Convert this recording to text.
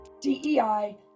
DEI